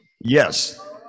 Yes